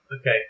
Okay